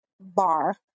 bar